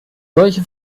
solche